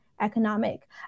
economic